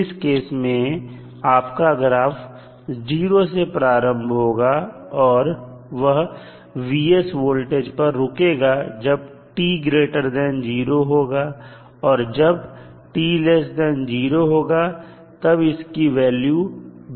इस केस में आपका ग्राफ 0 से प्रारंभ होगा और वह वोल्टेज पर रुकेगा जब t0 होगा और जब t0 होगा तब इसकी वैल्यू 0 होगी